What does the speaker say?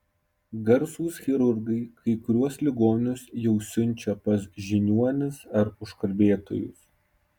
garsūs chirurgai kai kuriuos ligonius jau siunčia pas žiniuonis ar užkalbėtojus